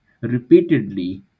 repeatedly